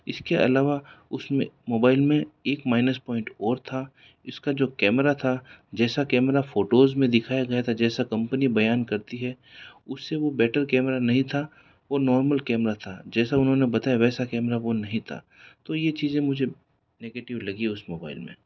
इसके अलावा उसमें मोबाइल में एक माइनस पॉइंट और था इसका जो कैमरा था जैसा कैमरा फ़ोटोज़ में दिखाया गया था जैसा कंपनी बयान करती है उससे वो बेटर कैमरा नहीं था वो नॉर्मल कैमरा था जैसा उन्होंने बताया वैसा कैमरा वो नहीं था तो यह चीज़ें मुझे नेगेटिव लगी उस मोबाइल में